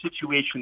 situation